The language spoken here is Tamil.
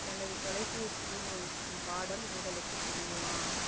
எனது தொலைபேசியில் ஒலிக்கும் பாடல் உங்களுக்குத் தெரியுமா